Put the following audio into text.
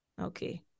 okay